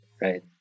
Right